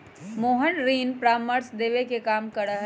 मोहन ऋण परामर्श देवे के काम करा हई